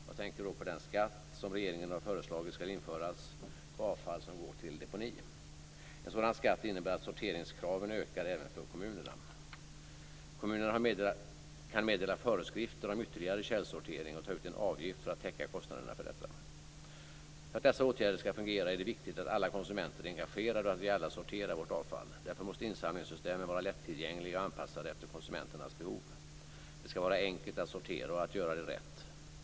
Jag tänker då på den skatt som regeringen har föreslagit skall införas på avfall som går till deponi. En sådan skatt innebär att sorteringskraven ökar även för kommunerna. Kommunerna kan meddela föreskrifter om ytterligare källsortering och ta ut en avgift för att täcka kostnaderna för detta. För att dessa åtgärder skall fungera, är det viktigt att alla konsumenter är engagerade och att vi alla sorterar vårt avfall. Därför måste insamlingssystemen vara lättillgängliga och anpassade efter konsumenternas behov. Det skall vara enkelt att sortera och att göra det rätt.